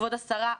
כבוד השרה,